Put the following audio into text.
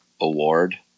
award